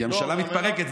כי הממשלה מתפרקת,